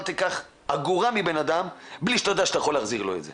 אל תיקח אגורה מבן אדם בלי שאתה יודע שאתה יכול להחזיר לו את זה.